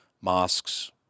mosques